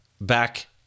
back